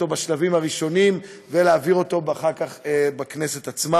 בשלבים הראשונים ולהעביר אותו אחר כך בכנסת עצמה.